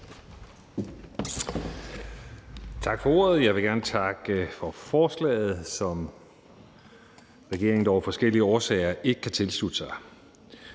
Tak for ordet. Jeg vil gerne takke for forslaget, som regeringen dog af forskellige årsager ikke kan tilslutte sig.